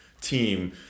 team